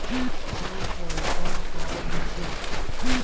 Fund transfer का होथे?